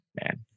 man